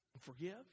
forgive